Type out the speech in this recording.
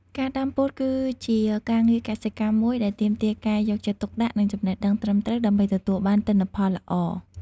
ការដាំពោតគឺជាការងារកសិកម្មមួយដែលទាមទារការយកចិត្តទុកដាក់ និងចំណេះដឹងត្រឹមត្រូវ ដើម្បីទទួលបានទិន្នផលល្អ។